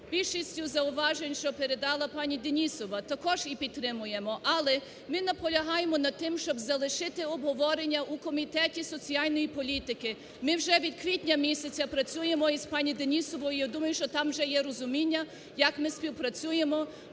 більшість зауважень, що передала пані Денісова, також їх підтримуємо. Але ми наполягаємо на тому, щоб залишити обговорення у Комітеті соціальної політики. Ми вже від квітня місяця працюємо із пані Денісовою, я думаю, що там вже є розуміння, як ми співпрацюємо,